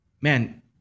man